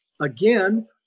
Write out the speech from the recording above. again